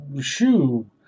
Shoe